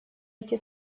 эти